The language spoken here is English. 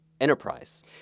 enterprise